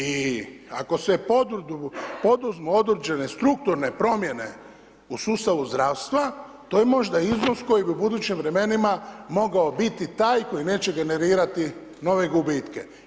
I ako se poduzmu određene strukturne promjene u sustavu zdravstva, to je možda iznos koji bi u budućim vremenima, mogao biti taj, koji neće generirati nove gubitke.